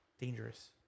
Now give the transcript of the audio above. dangerous